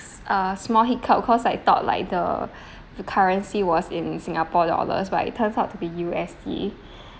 uh small hiccup cause I thought like the the currency was in singapore dollars but it turns out to be U_S_D